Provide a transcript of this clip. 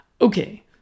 Okay